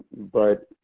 but,